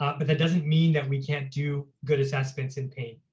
ah but that doesn't mean that we can't do good assessments in pain.